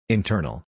Internal